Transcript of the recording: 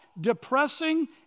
depressing